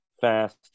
fast